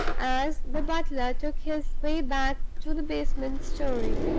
as the butler took his way back to the basement story.